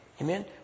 Amen